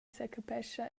secapescha